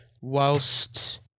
whilst